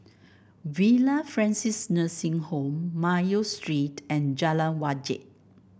Villa Francis Nursing Home Mayo Street and Jalan Wajek